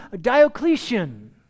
Diocletian